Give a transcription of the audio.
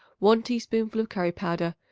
one teaspoonful of curry-powder,